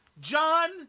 John